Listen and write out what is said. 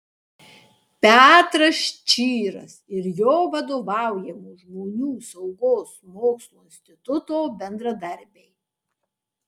petras čyras ir jo vadovaujamo žmonių saugos mokslo instituto bendradarbiai